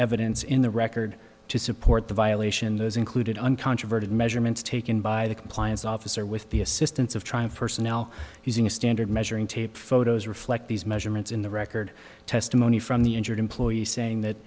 evidence in the record to support the violation those included uncontroverted measurements taken by the compliance officer with the assistance of triumph personnel using a standard measuring tape photos reflect these measurements in the record testimony from the injured employee saying that